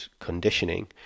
conditioning